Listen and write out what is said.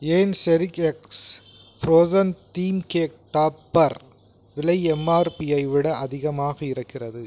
ஏன் செரிக்எக்ஸ் frozen theme cake topper விலை எம்ஆர்பியை விட அதிகமாக இருக்கிறது